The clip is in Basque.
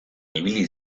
ibili